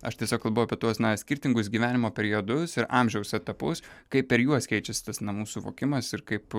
aš tiesiog kalbu apie tuos na skirtingus gyvenimo periodus ir amžiaus etapus kaip per juos keičiasi tas namų suvokimas ir kaip